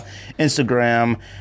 Instagram